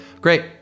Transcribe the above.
Great